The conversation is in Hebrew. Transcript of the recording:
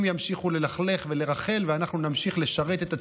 הם ימשיכו ללכלך ולרכל ואנחנו נמשיך לשרת את הציבור,